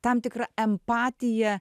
tam tikra empatija